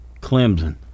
Clemson